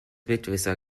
mitwisser